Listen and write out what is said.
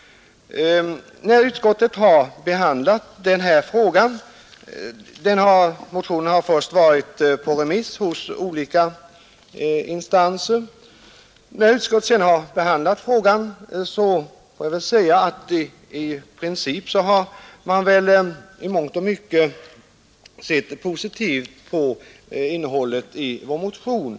Motionen har först varit på remiss hos olika instanser. När utskottet sedan har behandlat frågan, så får jag säga att man i princip väl i mångt och mycket sett positivt på innehållet i motionen.